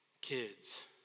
kids